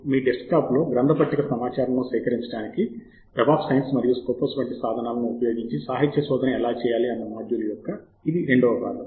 మీ డెస్క్టాప్లో గ్రంథ పట్టిక సమాచారమును సేకరించడానికి వెబ్ ఆఫ్ సైన్స్ మరియు స్కోపస్ వంటి సాధనాలను ఉపయోగించి సాహిత్య శోధన ఎలా చేయాలి అన్న మాడ్యూల్ యొక్క ఇది రెండవ భాగం